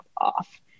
off